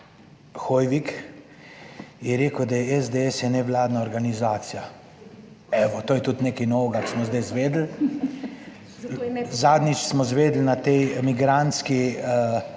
Hoivik je rekel, da je SDS je nevladna organizacija. Evo, to je tudi nekaj novega, ko smo zdaj izvedeli. Zadnjič smo izvedeli na tej migrantski